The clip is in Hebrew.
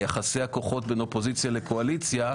יחסי הכוחות בין אופוזיציה לקואליציה,